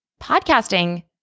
podcasting